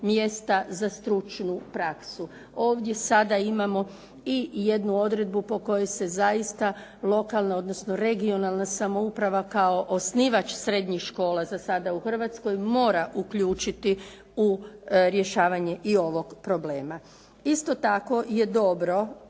za stručnu praksu. Ovdje sada imamo i jednu odredbu po kojoj se zaista lokalna odnosno regionalna samouprava kao osnivač srednjih škola za sada u Hrvatskoj, mora uključiti u rješavanje i ovog problema. Isto tako je dobro,